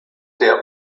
der